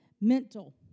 mental